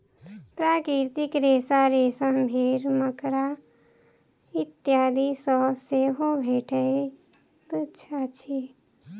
प्राकृतिक रेशा रेशम, भेंड़, मकड़ा इत्यादि सॅ सेहो भेटैत अछि